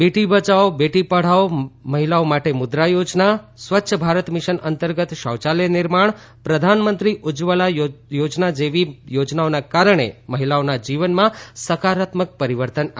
બેટી બચાવો બેટી પઢાઓ મહિલાઓ માટે મુદ્રા યોજના સ્વચ્છ ભારત મિશન અંતર્ગત શૌચાલય નિર્માણ પ્રધાનમંત્રી ઉજ્જવલા જેવી યોજનાઓ મહિલાઓના જીવનમાં સકારાત્મક પરિવર્તન લાવી છે